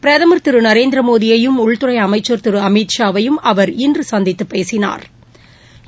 பிரதமர் திரு நரேந்திரமோடியையும் உள்துறை அமைச்சள் திரு அமித்ஷாவையும் அவர் இன்று சந்தித்து பேசினாா்